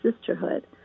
Sisterhood